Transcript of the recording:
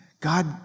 God